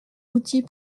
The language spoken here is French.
outils